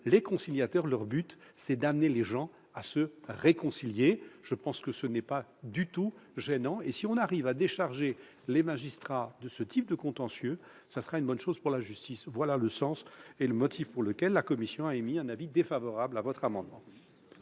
des conciliateurs est d'amener les gens à se réconcilier. Ce n'est pas du tout gênant ! Si l'on arrive à décharger les magistrats de ce type de contentieux, ce serait une bonne chose pour la justice. Voilà le motif pour lequel la commission a émis un avis défavorable sur cet amendement.